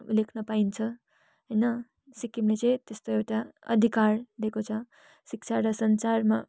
लेख्न पाइन्छ होइन सिक्किमले चाहिँ त्यस्तो एउटा अधिकार दिएको छ शिक्षा र सञ्चारमा